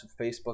Facebook